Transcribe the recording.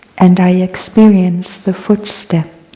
and i experience the footstep.